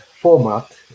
format